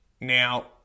Now